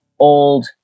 old